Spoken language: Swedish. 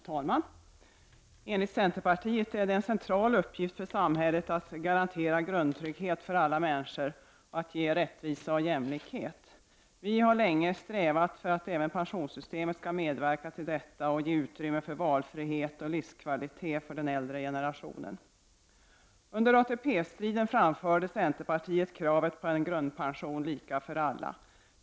Herr talman! Enligt centerpartiet är det en central uppgift för samhället att garantera grundtrygghet för alla människor och att ge rättvisa och jämlikhet. Vi har länge strävat för att även pensionssystemet skall medverka till detta och ge utrymme för valfrihet och livskvalitet för den äldre generationen. Under ATP-striden framförde centerpartiet kravet på en grundpension lika för alla.